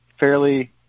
fairly